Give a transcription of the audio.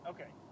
Okay